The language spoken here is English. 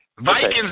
Vikings